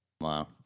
Wow